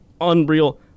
Unreal